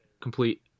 complete